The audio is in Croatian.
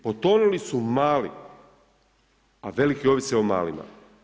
Potonuli su mali, a veliki ovise o malima.